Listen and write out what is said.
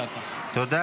תודה.